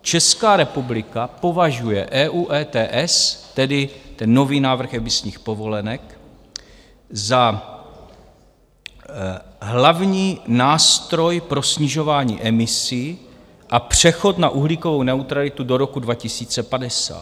Česká republika považuje EU ETS, tedy ten nový návrh emisních povolenek, za hlavní nástroj pro snižování emisí a přechod na uhlíkovou neutralitu do roku 2050.